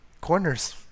corners